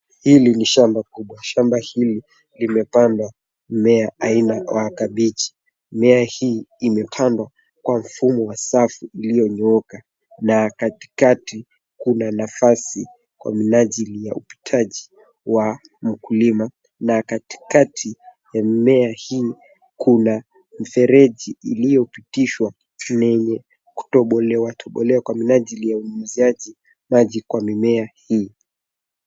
Hili ni shamba kubwa. Shamba hili limepandwa mimea aina wa kabeji. Mimea hii imepandwa kwa mfumo wa safu iliyonyooka na katikati kuna nafasi kwa minajili ya upitaji wa mkulima na katikati ya mimea hii kuna mfereji iliyopitishwa lenye kutobolewa tobolewa kwa minajili ya unyunyiziaji maji kwa mimea hii.